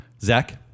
Zach